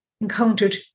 encountered